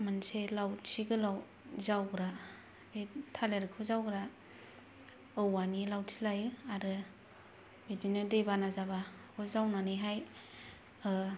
मोनसे लावथि गोलाव जावग्रा थालेरखौ जावग्रा औवानि लावथि लायो आरो बिदिनो दै बाना जाबा बेखौ जावनानैहाय